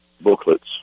booklets